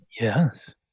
Yes